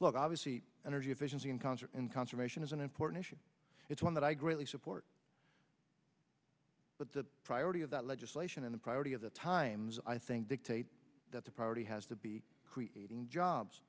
look obviously energy efficiency in concert and conservation is an important issue it's one that i greatly support but the priority of that legislation and the priority of the times i think dictates that the priority has to be creating jobs